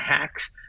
hacks